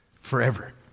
forever